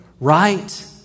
right